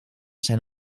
zijn